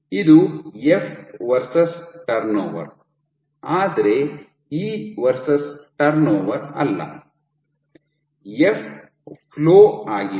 ಇದು F versus turnover ಆದ್ರೆ E versus turnover ಅಲ್ಲ ಎಫ್ ಫ್ಲೋ ಆಗಿದೆ